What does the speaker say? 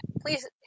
Please